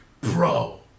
Bro